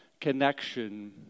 connection